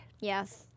Yes